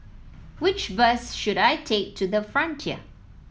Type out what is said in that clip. which bus should I take to the Frontier